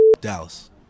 Dallas